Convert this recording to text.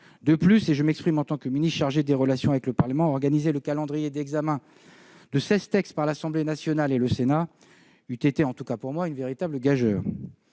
De plus, et je m'exprime en tant que ministre chargé des relations avec le Parlement, organiser le calendrier d'examen de seize textes par l'Assemblée nationale et le Sénat eût été pour moi une véritable gageure